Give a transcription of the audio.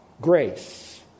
grace